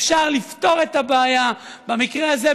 אפשר לפתור את הבעיה במקרה הזה,